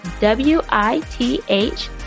W-I-T-H